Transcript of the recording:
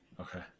Okay